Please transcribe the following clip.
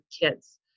kids